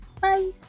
Bye